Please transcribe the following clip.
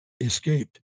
escaped